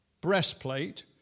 breastplate